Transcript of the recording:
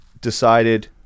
decided